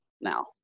now